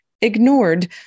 ignored